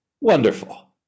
Wonderful